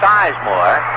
Sizemore